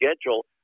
schedule